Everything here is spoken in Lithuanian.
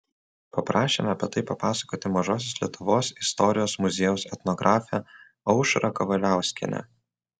paprašėme apie tai papasakoti mažosios lietuvos istorijos muziejaus etnografę aušrą kavaliauskienę